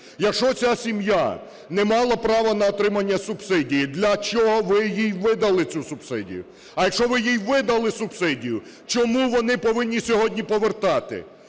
Якщо ця сім'я не мала права на отримання субсидії, для чого ви їй видали цю субсидію? А якщо ви їй видали субсидію, чому вони повинні сьогодні повертати?